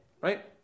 right